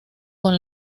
con